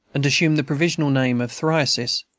and assumed the provisional name of thyrsis,